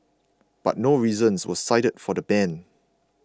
but no reasons were cited for the ban